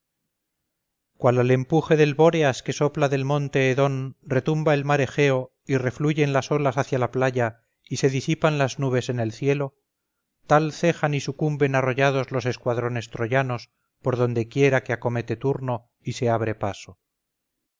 cual al empuje del bóreas que sopla del monte edón retumba el mar egeo y refluyen las olas hacia la playa y se disipan las nubes en el cielo tal cejan y sucumben arrollados los escuadrones troyanos por donde quiera que acomete turno y se abre paso